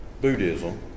Buddhism